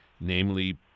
namely